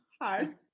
hard